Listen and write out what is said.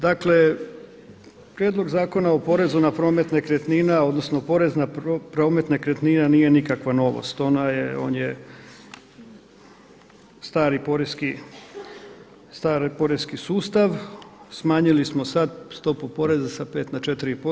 Dakle Prijedlog zakona o porezu na promet nekretnina, odnosno porez na promet nekretnina nije nikakva novost, on je stari porezni sustav, smanjili smo sada stopu poreza sa 5 na 4%